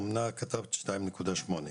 אומנה - 2.8 אחוז.